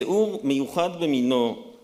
‫תיאור מיוחד במינו.